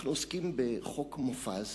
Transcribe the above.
אנחנו עוסקים בחוק מופז,